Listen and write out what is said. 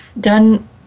done